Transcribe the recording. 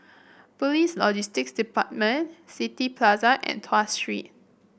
Police Logistics Department City Plaza and Tuas Street